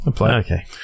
Okay